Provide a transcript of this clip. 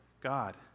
God